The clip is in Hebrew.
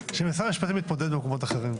משרד המשפטים יתמודד במקומות אחרים.